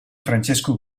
francesco